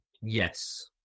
Yes